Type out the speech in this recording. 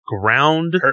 Ground